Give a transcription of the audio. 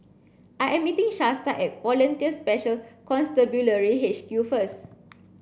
I am meeting Shasta at Volunteer Special Constabulary H Q first